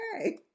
Okay